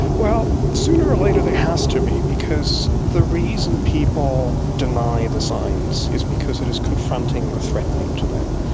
well, sooner or later there has to be because the reason people deny the science is because it is confronting or threatening to them.